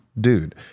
dude